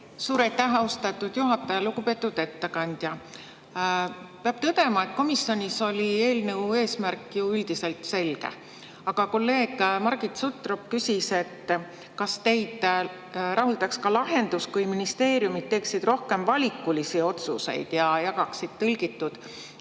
Suur aitäh, austatud juhataja! Lugupeetud ettekandja! Peab tõdema, et komisjonis oli eelnõu eesmärk ju üldiselt selge. Aga kolleeg Margit Sutrop küsis, kas teid rahuldaks ka lahendus, kui ministeeriumid teeksid rohkem valikulisi otsuseid ja jagaksid tõlgitud